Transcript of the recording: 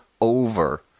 over